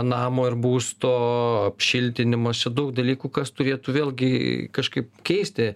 namo ir būsto apšiltinimas čia daug dalykų kas turėtų vėlgi kažkaip keisti